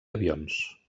avions